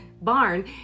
barn